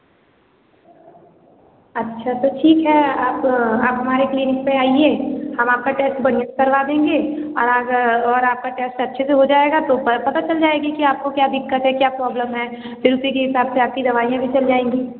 अच्छा तो ठीक है आप आप हमारे क्लिनिक पर आइए हम आपका टेस्ट बढिया से करवा देंगे और आगा और आपका टेस्ट अच्छे से हो जाएगा तो पता चल जाएगी कि आपको क्या दिक्कत है क्या प्रॉब्लम है फिर उसी के हिसाब से आपकी दवाइयाँ भी चल जाएगी